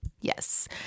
Yes